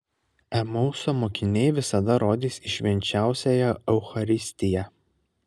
emauso mokiniai visada rodys į švenčiausiąją eucharistiją